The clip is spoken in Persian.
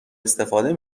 استفاده